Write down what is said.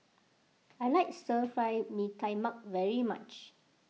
I like Stir Fried Mee Tai Mak very much